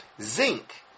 Zinc